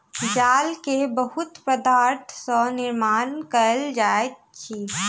जाल के बहुत पदार्थ सॅ निर्माण कयल जाइत अछि